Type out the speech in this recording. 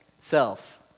Self